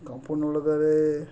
compound ಒಳಗಡೆ